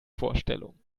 vorstellung